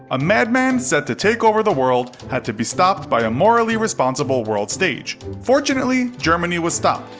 a mad man set to take over the world had to be stopped by a morally responsible world stage. fortunately, germany was stopped,